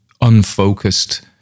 unfocused